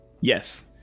Yes